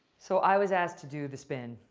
so i was asked to do the spin.